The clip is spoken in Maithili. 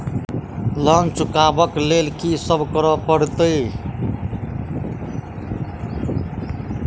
लोन चुका ब लैल की सब करऽ पड़तै?